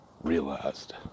realized